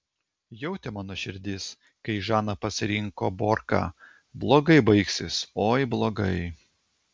jautė mano širdis kai žana pasirinko borką blogai baigsis oi blogai